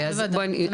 בוודאי.